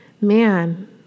man